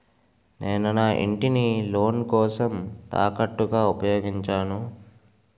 నేను నా ఇంటిని లోన్ కోసం తాకట్టుగా ఉపయోగించాను